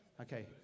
Okay